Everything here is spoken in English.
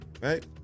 right